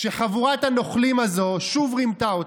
שחבורת הנוכלים הזו שוב רימתה אותך.